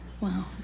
Wow